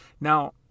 Now